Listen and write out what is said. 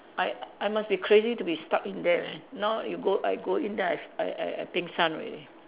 I I must be crazy to be stuck in there now you go I go in then I I I pengsan already